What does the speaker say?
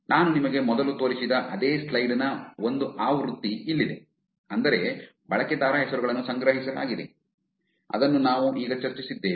ಆದ್ದರಿಂದ ನಾನು ನಿಮಗೆ ಮೊದಲು ತೋರಿಸಿದ ಅದೇ ಸ್ಲೈಡ್ ನ ಒಂದು ಆವೃತ್ತಿ ಇಲ್ಲಿದೆ ಅಂದರೆ ಬಳಕೆದಾರ ಹೆಸರುಗಳನ್ನು ಸಂಗ್ರಹಿಸಲಾಗಿದೆ ಅದನ್ನು ನಾವು ಈಗ ಚರ್ಚಿಸಿದ್ದೇವೆ